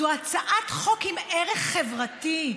זו הצעת חוק עם ערך חברתי.